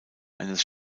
eines